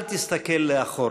אל תסתכל לאחור.